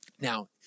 Now